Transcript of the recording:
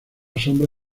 sombra